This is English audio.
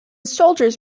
soldiers